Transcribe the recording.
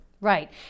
Right